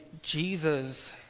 Jesus